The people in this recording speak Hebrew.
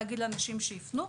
להגיד לאנשים שיפנו.